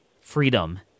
freedom